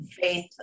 faith